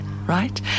Right